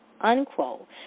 unquote